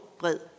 bred